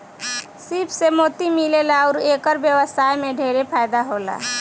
सीप से मोती मिलेला अउर एकर व्यवसाय में ढेरे फायदा होला